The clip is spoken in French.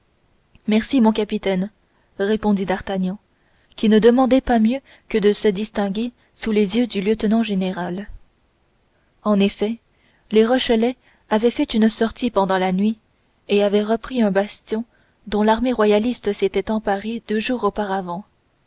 merci mon capitaine répondit d'artagnan qui ne demandait pas mieux que de se distinguer sous les yeux du lieutenant général en effet les rochelois avaient fait une sortie pendant la nuit et avaient repris un bastion dont l'armée royaliste s'était emparée deux jours auparavant